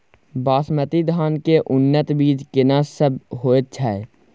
बासमती धान के उन्नत बीज केना सब होयत छै?